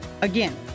Again